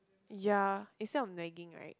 ya instead on nagging right